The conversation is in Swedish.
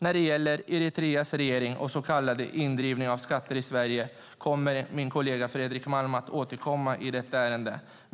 När det gäller Eritreas regering och så kallade indrivning av skatter i Sverige kommer min kollega Fredrik Malm att återkomma i detta ärende.